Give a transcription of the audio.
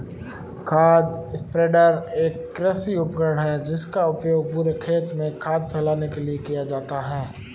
खाद स्प्रेडर एक कृषि उपकरण है जिसका उपयोग पूरे खेत में खाद फैलाने के लिए किया जाता है